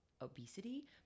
obesity